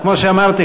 כמו שאמרתי,